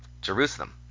Jerusalem